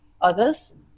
others